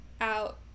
out